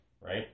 Right